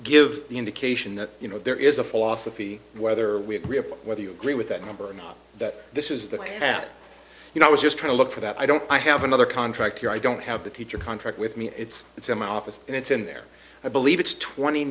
give the indication that you know there is a philosophy whether we are whether you agree with that number or not that this is the way that you know i was just trying to look for that i don't i have another contract here i don't have the teacher contract with me it's it's in my office and it's in there i believe it's twenty